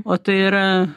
o tai yra